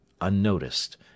unnoticed